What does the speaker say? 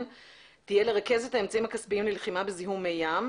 תהיה לרכז את האמצעיים הכספיים ללחימה בזיהום מי ים,